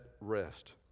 rest